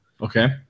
Okay